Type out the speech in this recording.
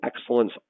excellence